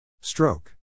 Stroke